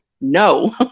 no